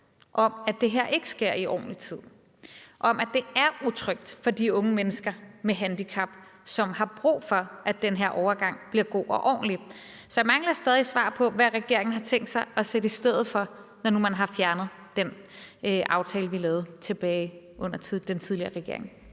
om, at det her ikke sker i ordentlig tid, og om, at det er utrygt for de unge mennesker med handicap, som har brug for, at den her overgang bliver god og ordentlig. Så jeg mangler stadig svar på, hvad regeringen har tænkt sig at sætte i stedet for, når nu man har fjernet den aftale, vi har lavet. Kl. 15:38 Tredje